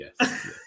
Yes